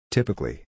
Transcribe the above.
Typically